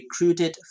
recruited